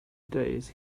days